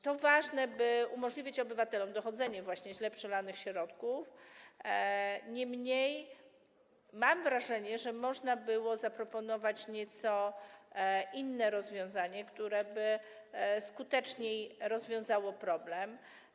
To ważne, by umożliwić obywatelom dochodzenie źle przelanych środków, niemniej mam wrażenie, że można było zaproponować nieco inne rozwiązanie, które by skuteczniej rozwiązało problem.